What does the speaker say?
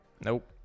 Nope